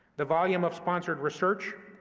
the volume of sponsored research,